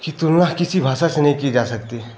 कि तुलना किसी भाषा से नहीं की जा सकती है